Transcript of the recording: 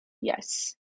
yes